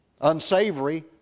unsavory